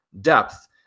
depth